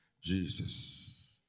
jesus